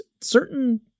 certain